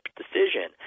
decision